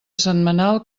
setmanal